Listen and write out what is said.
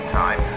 time